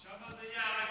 שם זה יהיה על הגביע.